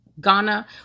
Ghana